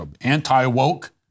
anti-woke